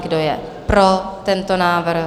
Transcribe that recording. Kdo je pro tento návrh?